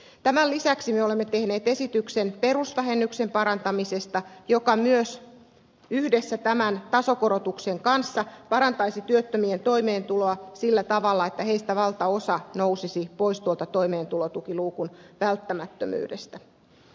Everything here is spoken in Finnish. tämän lisäksi me olemme tehneet esityksen perusvähennyksen parantamisesta joka myös yhdessä tämän tasokorotuksen kanssa parantaisi työttömien toimeentuloa sillä tavalla että heistä valtaosa nousisi pois toimeentulotukiluukun välttämättömyydestä